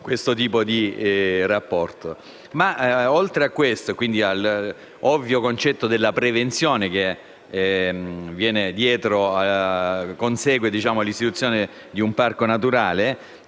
Oltre a questo, cioè all'ovvio concetto della prevenzione che consegue all'istituzione di un parco naturale,